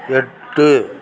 எட்டு